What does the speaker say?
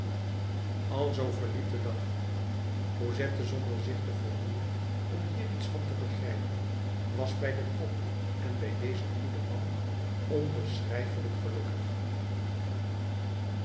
alzoo verliep de dag cosette zonder zich te vermoeien om hier iets van te begrijpen was bij de pop en bij dezen goeden man onbeschrijfelijk gelukkig